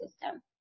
system